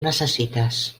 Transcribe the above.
necessites